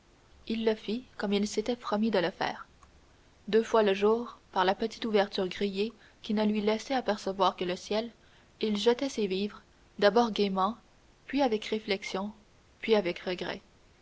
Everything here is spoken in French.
il le fit comme il s'était promis de le faire deux fois le jour par la petite ouverture grillée qui ne lui laissait apercevoir que le ciel il jetait ses vivres d'abord gaiement puis avec réflexion puis avec regret